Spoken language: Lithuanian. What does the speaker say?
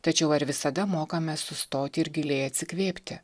tačiau ar visada mokame sustoti ir giliai atsikvėpti